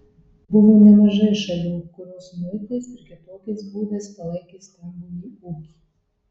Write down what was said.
buvo nemažai šalių kurios muitais ir kitokiais būdais palaikė stambųjį ūkį